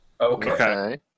Okay